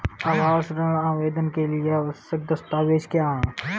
आवास ऋण आवेदन के लिए आवश्यक दस्तावेज़ क्या हैं?